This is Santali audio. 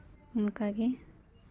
ᱚᱱᱠᱟ ᱜᱮ